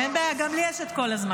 אין בעיה, גם לי יש את כל הזמן.